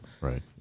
Right